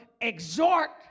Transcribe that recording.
exhort